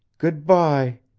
good-by,